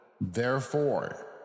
Therefore